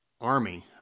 army